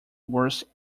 worse